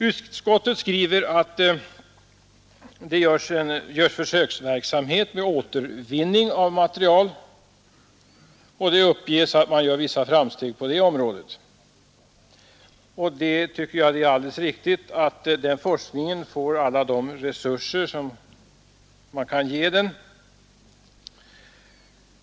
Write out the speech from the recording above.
Utskottet skriver att det bedrivs försöksverksamhet med återvinning av material, och det uppges att man gör vissa framsteg på det området. Jag tycket det är alldeles riktigt att den forskningen får alla de resurser som man kan ge den.